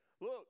Look